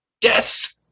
Death